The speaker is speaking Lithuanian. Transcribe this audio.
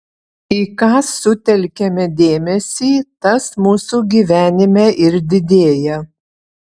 į ką sutelkiame dėmesį tas mūsų gyvenime ir didėja